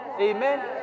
amen